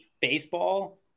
baseball